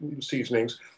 seasonings